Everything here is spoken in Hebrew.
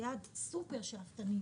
זה יעד סופר שאפתני,